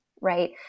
right